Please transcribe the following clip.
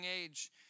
age